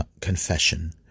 confession